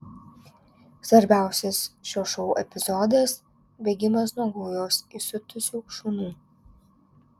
svarbiausias šio šou epizodas bėgimas nuo gaujos įsiutusių šunų